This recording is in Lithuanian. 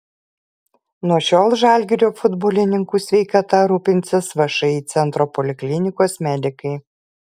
nuo šiol žalgirio futbolininkų sveikata rūpinsis všį centro poliklinikos medikai